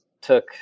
took